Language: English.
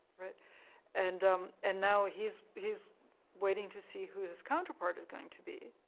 but and um and now he's he's waiting to see who his counterpart is going to be,